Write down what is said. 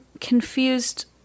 confused